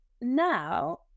Now